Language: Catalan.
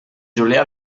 julià